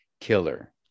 killer